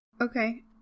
Okay